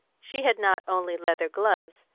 she had not only leather gloves,